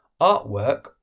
artwork